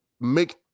make